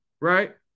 Right